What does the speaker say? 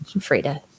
Frida